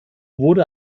wurde